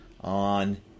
on